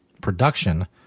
production